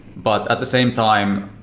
but at the same time,